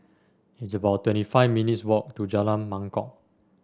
it's about twenty five minutes walk to Jalan Mangkok